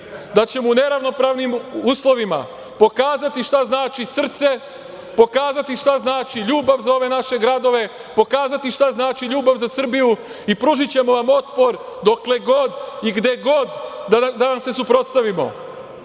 da ćemo u neravnopravnim uslovima pokazati šta znači srce, pokazati šta znači ljubav za ove naše gradove, pokazati šta znači ljubav za Srbiju i pružićemo vam otpor dokle god i gde god da se suprotstavimo. Mi